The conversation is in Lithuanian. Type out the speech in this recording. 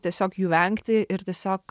tiesiog jų vengti ir tiesiog